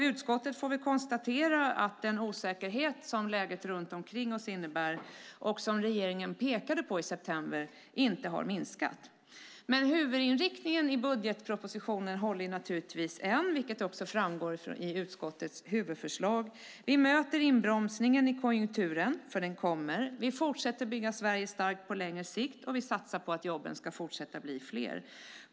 Utskottet får konstatera att den osäkerhet som läget runt omkring oss innebär och som regeringen pekade på i september inte har minskat. Men huvudinriktningen i budgetpropositionen håller naturligtvis än, vilket också framgår i utskottets huvudförslag. Vi möter inbromsningen i konjunkturen, för den kommer. Vi fortsätter att bygga Sverige starkt på längre sikt, och vi satsar på att jobben ska fortsätta att bli fler.